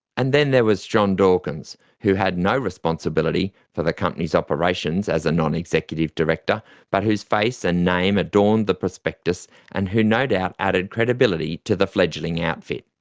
and then there was john dawkins, who had no responsibility for the company's operations as a non-executive director but whose face and name adorned the prospectus and who no doubt added credibility to the fledgling outfit.